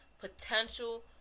potential